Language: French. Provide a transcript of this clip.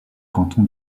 canton